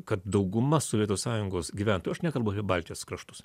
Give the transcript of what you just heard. kad dauguma sovietų sąjungos gyventojų aš nekalbu apie baltijos kraštus